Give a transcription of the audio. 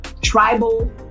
tribal